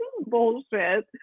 bullshit